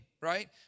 right